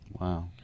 Wow